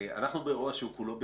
אנחנו באירוע שהוא כולו בשליטתנו.